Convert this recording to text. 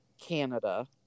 Canada